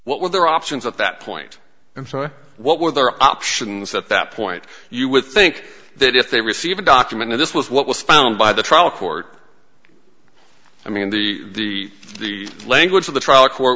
what were their options at that point and what were their options at that point you would think that if they receive a document this was what was found by the trial court i mean the the the language of the trial court